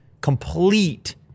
complete